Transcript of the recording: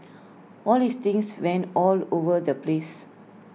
all his things went all over the place